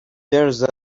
theresa